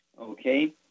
okay